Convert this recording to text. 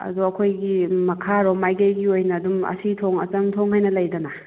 ꯑꯗꯣ ꯑꯩꯈꯣꯏꯒꯤ ꯃꯈꯥꯔꯣꯝ ꯃꯥꯏꯀꯩꯒꯤ ꯑꯣꯏꯅ ꯑꯗꯨꯝ ꯑꯁꯤ ꯊꯣꯡ ꯑꯆꯪ ꯊꯣꯡ ꯍꯥꯏꯅ ꯂꯩꯗꯅ